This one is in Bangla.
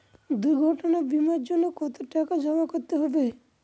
দুর্ঘটনা বিমার জন্য কত টাকা জমা করতে হবে?